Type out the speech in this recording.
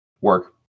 work